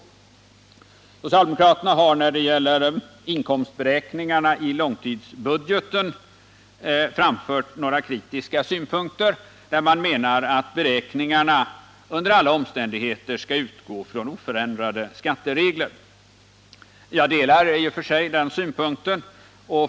Socialdemokraterna har när det gäller inkomstberäkningarna i långtidsbudgeten framfört några kritiska synpunkter. De menar att beräkningarna under alla omständigheter skall utgå från oförändrade skatteregler. Jag delar i och för sig den uppfattningen.